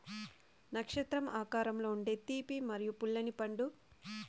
నక్షత్రం ఆకారంలో ఉండే తీపి మరియు పుల్లని పండు